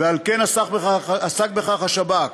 ועל כן עסק בכך השב"כ.